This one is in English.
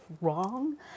wrong